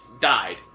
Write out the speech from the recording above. died